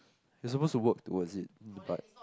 you're supposed to work towards it mm but